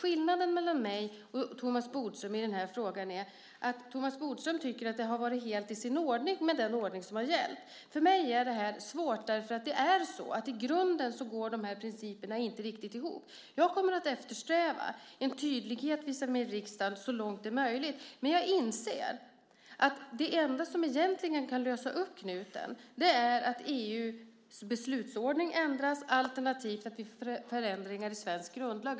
Skillnaden mellan mig och Thomas Bodström i den här frågan är att Thomas Bodström tycker att den ordning som har gällt har varit helt i sin ordning. För mig är det här svårt därför att de här principerna i grunden inte riktigt går ihop. Jag kommer att eftersträva en tydlighet visavi riksdagen så långt det är möjligt, men jag inser att det enda som egentligen kan lösa upp knuten är att EU:s beslutsordning ändras, alternativt att vi gör förändringar i svensk grundlag.